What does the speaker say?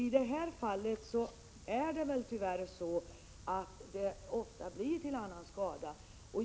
I det här fallet blir det tyvärr ofta till annans skada.